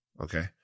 Okay